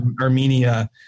Armenia